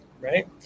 right